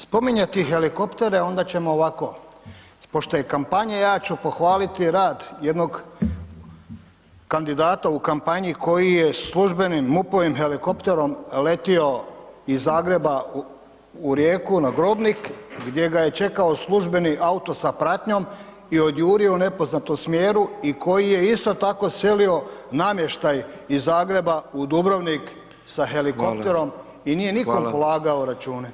Spominjati helikoptere onda ćemo ovako, pošto je kampanja, ja ću pohvaliti rad jednog kandidata u kampanji koji je službenim, MUP-ovim helikopterom letio iz Zagreba u Rijeku na Grobnik gdje ga je čekao službeni auto sa pratnjom i odjurio u nepoznatom smjeru i koji je isto tako selio namještaj iz Zagreba u Dubrovnik sa [[Upadica: Hvala]] helikopterom i nije [[Upadica: Hvala]] nikom polagao račune.